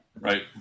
Right